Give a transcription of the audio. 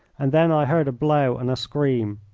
and then i heard a blow and a scream.